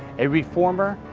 a reformer,